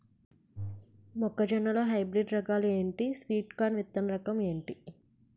మొక్క జొన్న లో హైబ్రిడ్ రకాలు ఎంటి? స్వీట్ కార్న్ విత్తన రకం ఏంటి?